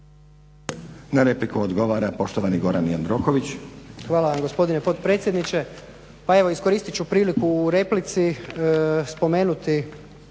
Na repliku odgovara poštovani Gordan Jandroković. **Jandroković, Gordan (HDZ)** Hvala gospodine potpredsjedniče. Pa evo iskoristit ću priliku u replici spomenuti